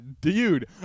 Dude